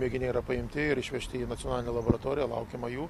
mėginiai yra paimti ir išvežti į nacionalinę laboratoriją laukiama jų